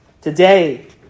Today